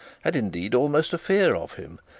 had indeed almost a fear of him,